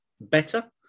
better